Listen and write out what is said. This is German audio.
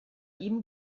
ihm